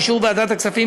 באישור ועדת הכספים,